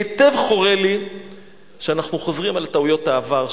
היטב חורה לי שאנחנו חוזרים על טעויות העבר,